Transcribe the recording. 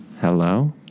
Hello